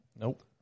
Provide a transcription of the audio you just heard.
Nope